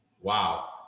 Wow